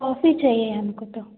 coffee चाहिए हमको तो